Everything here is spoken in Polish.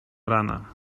rana